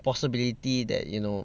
possibility that you know